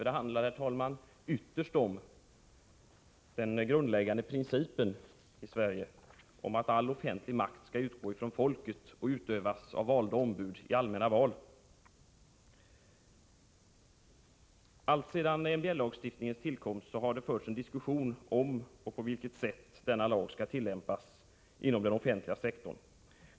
Det handlar ytterst, herr talman, om den grundläggande principen i Sverige att offentlig makt skall utgå från folket och utövas av valda ombud i allmänna val. Alltsedan MBL:s tillkomst har det förts en diskussion om och på vilket sätt denna lag skall tillämpas inom den offentliga sektorn.